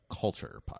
culture